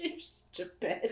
Stupid